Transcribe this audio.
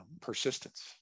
persistence